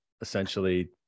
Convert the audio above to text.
essentially